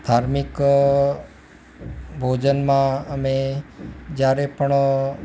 ધાર્મિક ભોજનમાં અમે જયારે પણ